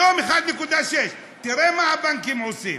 היום, 1.6%. תראה מה הבנקים עושים: